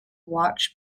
watch